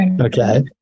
Okay